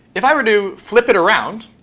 if i were to flip it around,